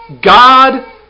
God